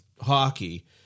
hockey